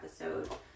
episode